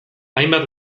hainbat